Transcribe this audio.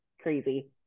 crazy